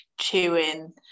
chewing